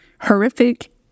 horrific